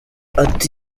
ati